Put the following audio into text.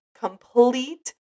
complete